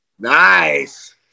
nice